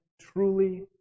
truly